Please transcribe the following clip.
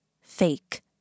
fake